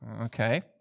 okay